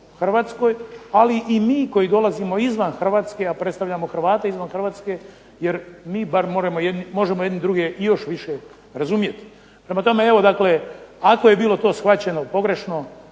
Hrvatskoj, ali i mi koji dolazimo izvan Hrvatske, a predstavljamo Hrvate izvan Hrvatske jer mi bar možemo jedni druge još više razumjeti. Prema tome, evo dakle ako je bilo to shvaćeno pogrešno